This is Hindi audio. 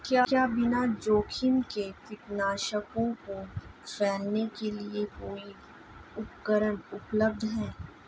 क्या बिना जोखिम के कीटनाशकों को फैलाने के लिए कोई उपकरण उपलब्ध है?